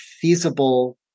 feasible